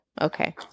Okay